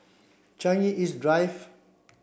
Changi East Drive